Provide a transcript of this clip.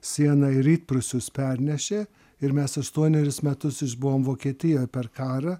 sieną į rytprūsius pernešė ir mes aštuonerius metus išbuvom vokietijoj per karą